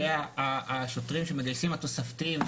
זה השוטרים שמגייסים, התוספתיים.